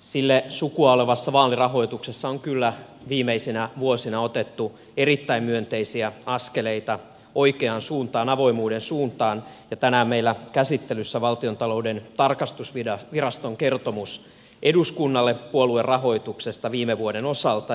sille sukua olevassa vaalirahoituksessa on kyllä viimeisinä vuosina otettu erittäin myönteisiä askeleita oikeaan suuntaan avoimuuden suuntaan ja tänään meillä on käsittelyssä valtiontalouden tarkastusviraston kertomus eduskunnalle puoluerahoituksesta viime vuoden osalta